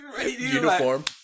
uniform